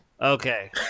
Okay